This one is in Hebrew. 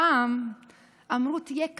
פעם אמרו "תהיה כחלון",